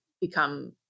become